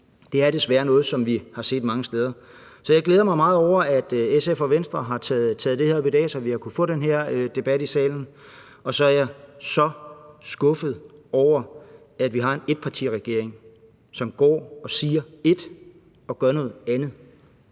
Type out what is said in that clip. det er desværre noget, som vi har set mange steder. Så jeg glæder mig meget over, at SF og Venstre har taget det her op i dag, så vi har kunnet få den her debat i salen, og så er jeg så skuffet over, at vi har en etpartiregering, som går og siger et og gør noget andet.